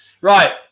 right